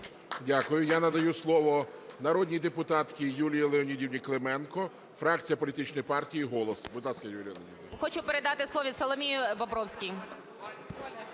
Дякую. Я надаю слово народній депутатці Юлії Леонідівні Клименко, фракція політичної партії "Голос". Будь ласка, Юлія Леонідівна. 17:44:14 КЛИМЕНКО Ю.Л. Хочу передати слово Соломії Бобровській.